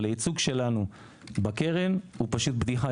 אבל הייצוג שלנו בקרן הוא פשוט בדיחה,